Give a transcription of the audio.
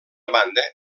banda